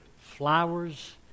flowers